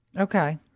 Okay